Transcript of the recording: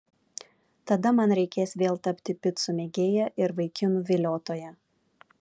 tada man reikės vėl tapti picų mėgėja ir vaikinų viliotoja